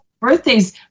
birthdays